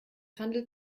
handelt